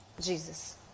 Jesus